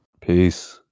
Peace